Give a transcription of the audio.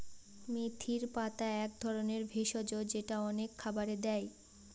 মেথির পাতা এক ধরনের ভেষজ যেটা অনেক খাবারে দেয়